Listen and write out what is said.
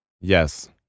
Yes